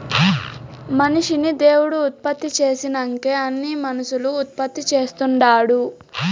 మనిషిని దేవుడు ఉత్పత్తి చేసినంకే అన్నీ మనుసులు ఉత్పత్తి చేస్తుండారు